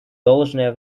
должное